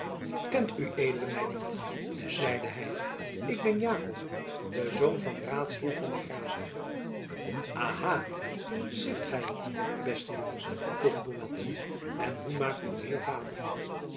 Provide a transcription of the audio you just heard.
kent ued my niet zeide hy ik ben jakob de zoon van den raadsheer van der graef aha zift gy het beste jongen vroeg buat en hoe maakt het uw heer vader